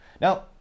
Now